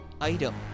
item